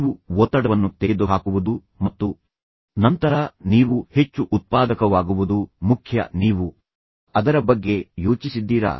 ನೀವು ಒತ್ತಡವನ್ನು ತೆಗೆದುಹಾಕುವುದು ಮತ್ತು ನಂತರ ನೀವು ಹೆಚ್ಚು ಉತ್ಪಾದಕವಾಗುವುದು ಮುಖ್ಯ ನೀವು ಅದರ ಬಗ್ಗೆ ಯೋಚಿಸಿದ್ದೀರಾ